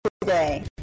today